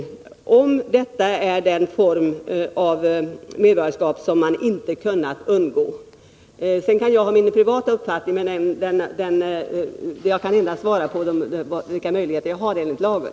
Här är frågan om detta är den form av medborgarskap som man inte kunnat undgå. Sedan kan jag ha min privata uppfattning, men jag kan endast ge svar i enlighet med de möjligheter jag har enligt lagen.